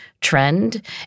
trend